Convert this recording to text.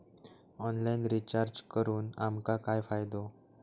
Online recharge करून आमका काय फायदो?